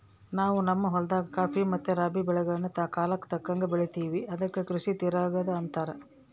ನಾವು ನಮ್ಮ ಹೊಲದಾಗ ಖಾಫಿ ಮತ್ತೆ ರಾಬಿ ಬೆಳೆಗಳ್ನ ಕಾಲಕ್ಕತಕ್ಕಂಗ ಬೆಳಿತಿವಿ ಅದಕ್ಕ ಕೃಷಿ ತಿರಗದು ಅಂತಾರ